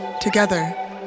together